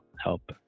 help